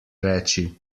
reči